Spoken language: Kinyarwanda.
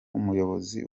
umuyobozi